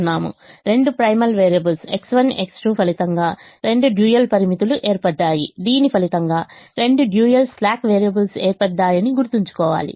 రెండు primal variables X1 X2 ఫలితంగా రెండు డ్యూయల్ పరిమితులు ఏర్పడ్డాయి దీని ఫలితంగా రెండు డ్యూయల్ స్లాక్ వేరియబుల్స్ ఏర్పడ్డాయని గుర్తుంచుకోవాలి